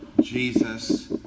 Jesus